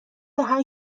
هشت